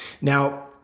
Now